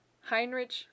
Heinrich